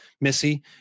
Missy